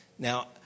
Now